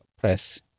press